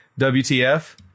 wtf